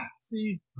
See